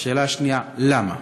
2. למה?